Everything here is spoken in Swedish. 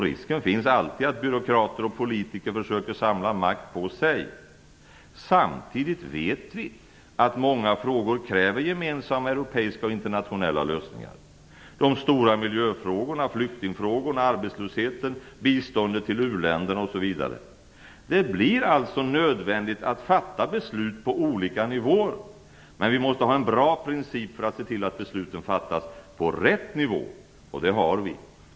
Risken finns alltid att byråkrater och politiker försöker att samla makt på sig. Samtidigt vet vi att många frågor kräver gemensamma europeiska och internationella lösningar. De gäller de stora miljöfrågorna, flyktingfrågorna, arbetslösheten, biståndet till u-länderna osv. Det blir alltså nödvändigt att fatta beslut på olika nivåer. Men vi måste ha en bra princip för att se till att besluten fattas på rätt nivå. Och det har vi.